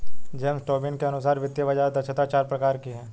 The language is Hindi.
जेम्स टोबिन के अनुसार वित्तीय बाज़ार दक्षता चार प्रकार की है